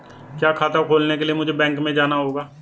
क्या खाता खोलने के लिए मुझे बैंक में जाना होगा?